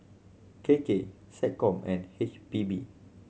K K SecCom and H P B